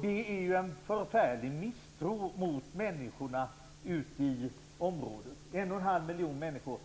Det visar en förfärlig misstro mot 1 1⁄2 miljon människor.